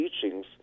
teachings